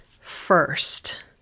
first